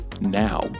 now